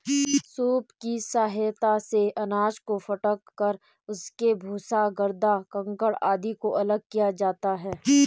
soup की सहायता से अनाज को फटक कर उसके भूसा, गर्दा, कंकड़ आदि को अलग किया जाता है